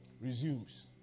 resumes